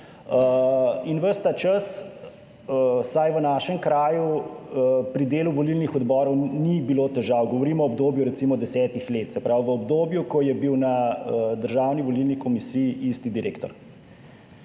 ta čas, vsaj v našem kraju pri delu volilnih odborov ni bilo težav. Govorim o obdobju recimo desetih let, se pravi v obdobju, ko je bil na Državni volilni komisiji isti direktor.